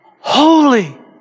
holy